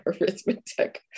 arithmetic